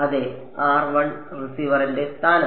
അതെ റിസീവറിന്റെ സ്ഥാനം